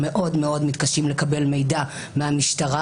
מאוד מאוד מתקשים לקבל מידע מהמשטרה.